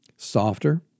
Softer